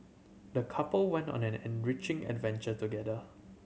the couple went on an enriching adventure together